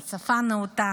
על שפה נאותה,